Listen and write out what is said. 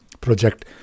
project